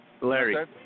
Larry